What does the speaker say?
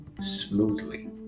smoothly